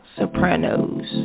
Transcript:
Sopranos